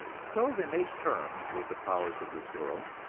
so they make terms with the powers of this world,